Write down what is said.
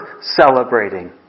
celebrating